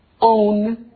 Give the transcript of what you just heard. own